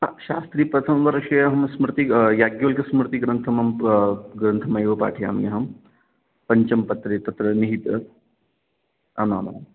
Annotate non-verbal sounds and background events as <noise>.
प्राक्शास्त्रीप्रथमवर्षे अहं स्मृति याज्ञवल्क्यस्मृतिग्रन्थं <unintelligible> ग्रन्थमयो पाठयामि अहं पञ्चमपत्रे तत्र निहित आम् आम् आम्